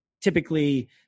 typically